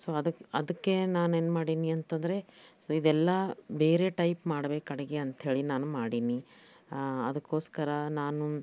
so ಅದಕ್ಕೆ ಅದಕ್ಕೆ ನಾನು ಏನು ಮಾಡೇನಿ ಅಂತ ಅಂದ್ರೆ ಸೊ ಇದೆಲ್ಲ ಬೇರೆ ಟೈಪ್ ಮಾಡ್ಬೇಕು ಅಡುಗೆ ಅಂಥೇಳಿ ನಾನು ಮಾಡೀನಿ ಅದಕ್ಕೋಸ್ಕರ ನಾನು